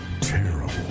Terrible